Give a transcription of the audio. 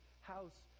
house